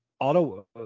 Auto